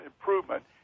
improvement